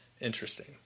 interesting